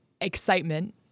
excitement